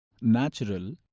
natural